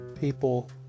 people